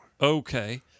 Okay